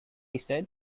said